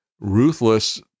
ruthless